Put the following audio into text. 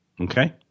okay